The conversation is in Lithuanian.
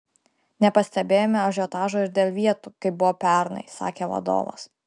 nepastebėjome ažiotažo ir dėl vietų kaip buvo pernai sakė vadovas